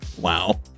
Wow